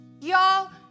Y'all